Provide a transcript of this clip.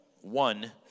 one